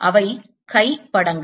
அவை chi படங்கள்